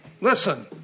Listen